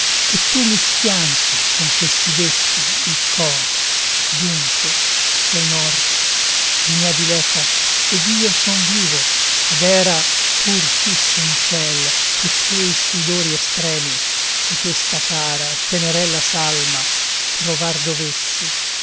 che tu mi schianti con questi detti il cor dunque sei morta o mia diletta ed io son vivo ed era pur fisso in ciel che quei sudori estremi cotesta cara e tenerella salma provar dovesse